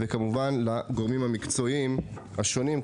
וכמובן לגורמים המקצועיים השונים,